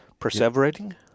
Perseverating